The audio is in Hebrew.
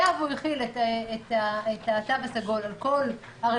היה והוא החיל את התו הסגול על כל הרשתות,